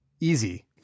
easy